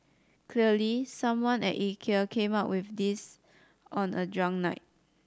clearly someone at Ikea came up with this on a drunk night